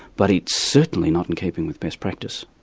but it's certainly not in keeping with best practice.